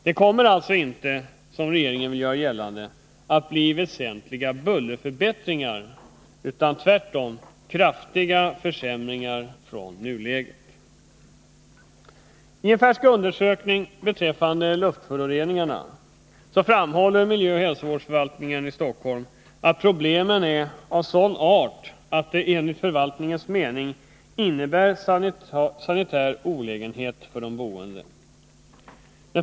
Det kommer alltså inte, som regeringen vill göra gällande, att bli väsentliga bullerförbättringar, utan tvärtom kraftiga försämringar i förhållande till nuläget. I en färsk undersökning beträffande luftföroreningarna framhåller miljöoch hälsovårdsförvaltningen i Stockholm att ”problemen är av sådan art att de enligt förvaltningens mening innebär sanitär olägenhet för de boende.